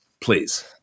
please